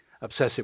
obsessive